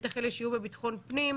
בטח אלה שיהיו בביטחון פנים,